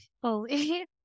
fully